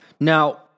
Now